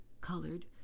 colored